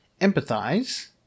empathize